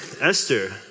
Esther